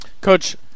Coach